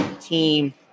team